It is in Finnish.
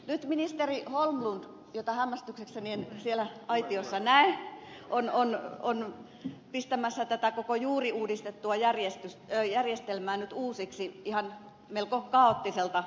nyt ministeri holmlund jota hämmästyksekseni en siellä aitiossa näe on pistämässä tätä koko juuri uudistettua järjestelmää uusiksi melko kaoottiselta pohjalta